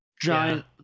Giant